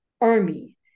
army